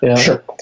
Sure